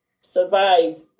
survive